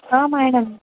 madam